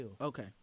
okay